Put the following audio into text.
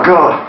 God